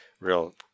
Real